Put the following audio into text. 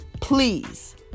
please